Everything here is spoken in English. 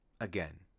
again